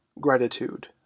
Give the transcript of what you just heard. gratitude